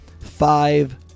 five